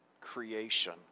creation